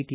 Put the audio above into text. T